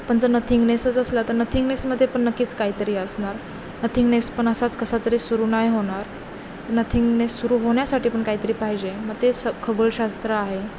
पण जर नथिंगनेसच असला तर नथिंगनेसमध्ये पण नक्कीच काहीतरी असणार नथिंगनेस पण असाच कसा तरी सुरू नाही होणार नथिंगनेस सुरू होण्यासाठी पण काहीतरी पाहिजे मग ते स खगोलशास्त्र आहे